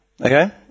okay